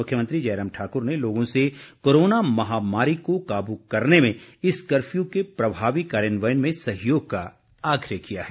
मुख्यमंत्री जयराम ठाकुर ने लोगों से कोरोना महामारी को काबू करने में इस कर्फ्यू के प्रभावी कार्यान्वयन में सहयोग का आग्रह किया है